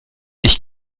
ich